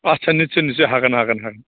आच्चा निस्च'य निस्च'य हागोन हागोन